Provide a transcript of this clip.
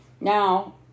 Now